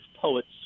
poets